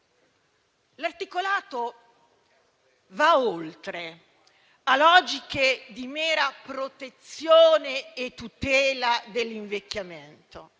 L'articolato va oltre rispetto a logiche di mera protezione e tutela dell'invecchiamento,